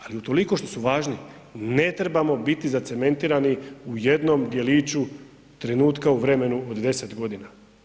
Ali utoliko što su važni ne trebamo biti zacementirani u jednom djeliću trenutka u vremenu od 10 godina.